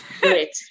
great